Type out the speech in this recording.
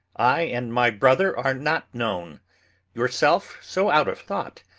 i and my brother are not known yourself so out of thought,